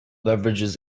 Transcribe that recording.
beverages